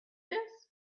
this